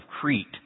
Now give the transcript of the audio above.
Crete